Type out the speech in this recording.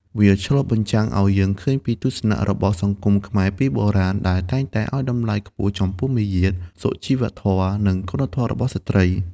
វាឆ្លុះបញ្ចាំងឱ្យឃើញពីទស្សនៈរបស់សង្គមខ្មែរពីបុរាណ ដែលតែងតែឱ្យតម្លៃខ្ពស់ចំពោះមារយាទ សុជីវធម៌ និងគុណធម៌របស់ស្ត្រី។